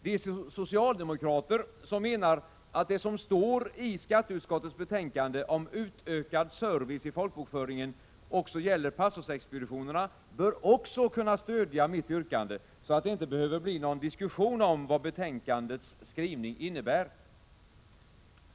De socialdemokrater som menar att det som står i skatteutskottets betänkande om utökad service i folkbokföringen också gäller pastorsexpeditionerna bör också kunna stödja mitt yrkande, så att det inte behöver bli någon diskussion om vad betänkandets skrivning innebär.